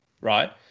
right